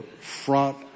front